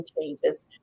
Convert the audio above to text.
changes